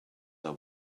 are